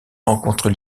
rencontres